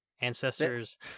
ancestors